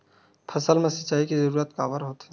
फसल मा सिंचाई के जरूरत काबर होथे?